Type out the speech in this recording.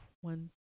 one